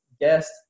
guest